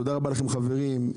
תודה רבה לכם, חברים.